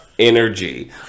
energy